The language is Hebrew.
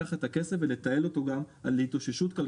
אבל שידע לקחת את הכסף ולתעל אותו גם להתאוששות כלכלית.